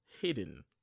hidden